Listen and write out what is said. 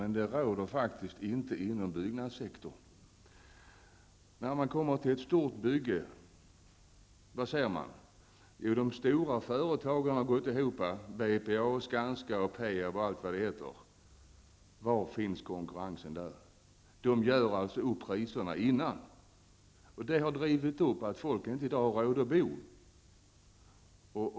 Men det råder faktiskt inte fri konkurrens inom byggnadssektorn. Vad ser man när man kommer till ett stort bygge? De stora företagen har gått samman -- BPA, Skanska, PEAB och allt vad de heter. Var finns konkurrensen där? De gör upp om priserna i förväg. Det har drivit upp priserna så att folk inte har råd att bo.